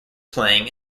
playing